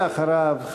ואחריו,